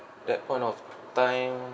that point of time